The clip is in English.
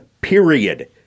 period